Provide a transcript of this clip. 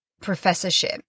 professorship